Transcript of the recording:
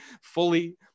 fully